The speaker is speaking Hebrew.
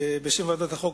בשם ועדת החוקה,